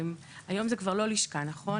היום זה כבר לא לשכה, נכון?